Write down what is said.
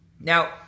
Now